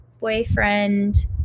boyfriend